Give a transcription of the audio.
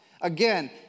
Again